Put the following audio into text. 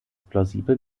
plausibel